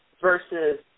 versus